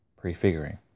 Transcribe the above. Prefiguring